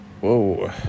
Whoa